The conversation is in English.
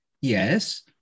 Yes